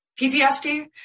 PTSD